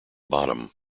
bottom